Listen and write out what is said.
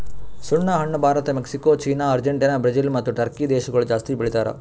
ಸುಣ್ಣ ಹಣ್ಣ Bharat, Mexico, China, Argentina, Brazil ಮತ್ತ ಟರ್ಕಿ ದೇಶಗೊಳ್ ಜಾಸ್ತಿ ಬೆಳಿತಾರ್